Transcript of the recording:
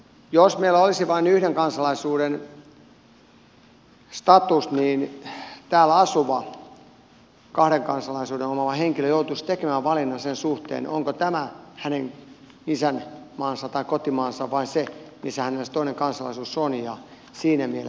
jos meillä olisi vain yhden kansalaisuuden status niin täällä asuva kahden kansalaisuuden omaava henkilö joutuisi tekemään valinnan sen suhteen onko tämä hänen isänmaansa tai kotimaansa vai se missä hänellä se toinen kansalaisuus on